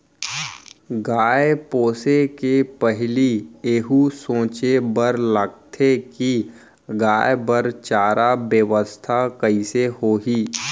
गाय पोसे के पहिली एहू सोचे बर लगथे कि गाय बर चारा बेवस्था कइसे होही